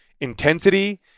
intensity